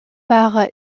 par